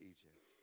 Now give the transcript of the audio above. Egypt